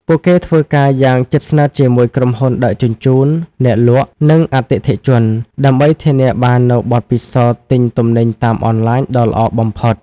ពួកគេធ្វើការយ៉ាងជិតស្និទ្ធជាមួយក្រុមហ៊ុនដឹកជញ្ជូន អ្នកលក់ និងអតិថិជន ដើម្បីធានាបាននូវបទពិសោធន៍ទិញទំនិញតាមអនឡាញដ៏ល្អបំផុត។